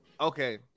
okay